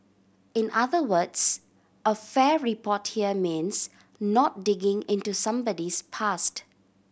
in other words a fair report here means not digging into somebody's past